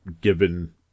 given